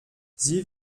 sie